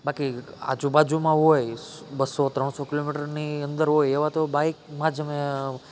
બાકી આજુબાજુમાં હોય બસો ત્રણસો કિલોમીટરની અંદર હોય એવા તો બાઇકમાં જ અમે